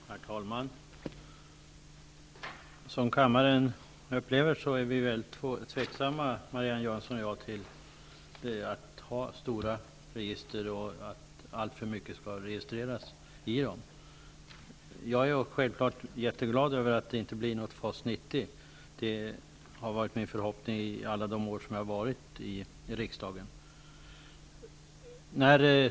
Herr talman! Som kammaren nog upplever är både Marianne Jönsson och jag väldigt tveksamma till stora register där alltför mycket registreras. Självklart är jag mycket glad över att det inte blir något av FAS 90. Det har varit min förhoppning under alla mina år i riksdagen att det inte skulle bli något av den utredningen.